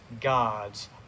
gods